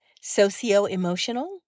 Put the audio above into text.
socio-emotional